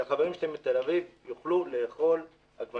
שהחברים שלי מתל אביב יוכלו לאכול עגבניות,